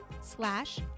slash